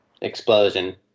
explosion